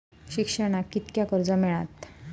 शिक्षणाक कीतक्या कर्ज मिलात?